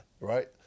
Right